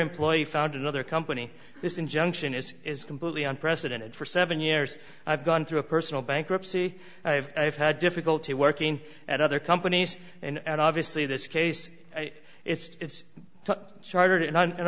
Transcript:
employee found another company this injunction is is completely unprecedented for seven years i've gone through a personal bankruptcy i've had difficulty working at other companies and obviously this case it's chartered in and